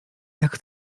jak